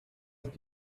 ist